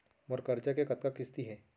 मोर करजा के कतका किस्ती हे?